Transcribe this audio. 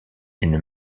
d’une